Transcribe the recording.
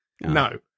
no